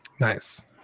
Nice